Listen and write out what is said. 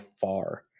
far